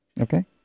Okay